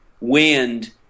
wind